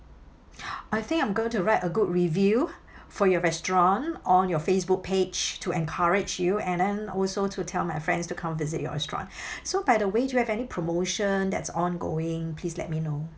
I think I'm going to write a good review for your restaurant on your facebook page to encourage you and then also to tell my friends to come visit your restaurant so by the way do you have any promotion that's ongoing please let me know